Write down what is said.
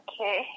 okay